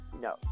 No